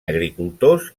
agricultors